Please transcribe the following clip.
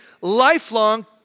lifelong